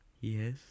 yes